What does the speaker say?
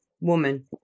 woman